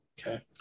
Okay